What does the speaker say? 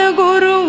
guru